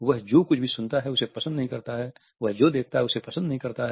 वह जो कुछ भी सुनता है उसे पसंद नहीं करता है वह जो देखता है उसे पसंद नहीं करता है